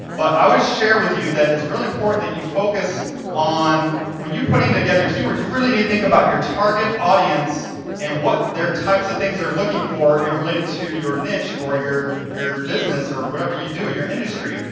but i will share with you that it's really important that you focus on when you're putting together keywords, you really need to think about your target audience and what their types of things they're looking for in related to your niche or your your business or whatever you do in your industry.